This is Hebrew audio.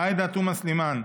עאידה תומא סלימאן,